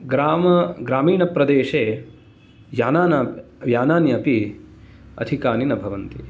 ग्राम ग्रामीणप्रदेशे यानान यानान्यपि अधिकानि न भवन्ति